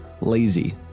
lazy